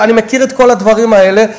אני מכיר את כל הדברים האלה,